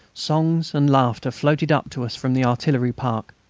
songs and laughter floated up to us from the artillery park.